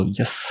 yes